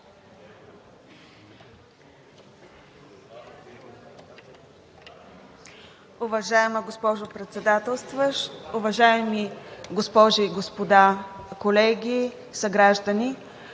Уважаема госпожо Председател, уважаеми госпожи и господа колеги, съграждани!